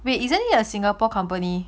wait isn't it a singapore company